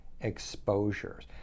exposures